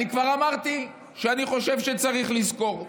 אני כבר אמרתי שאני חושב שצריך לזכור,